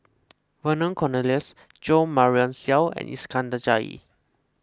Vernon Cornelius Jo Marion Seow and Iskandar Jalil